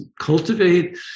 cultivate